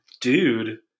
dude